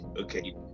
Okay